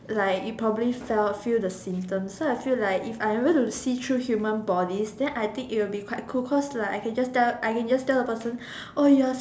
like you probably fell feel the symptoms so I feel like if I able to see through human bodies I think it will be quite cool cause like I can just tell I can just tell the person oh you are